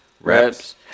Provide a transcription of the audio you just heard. Reps